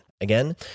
Again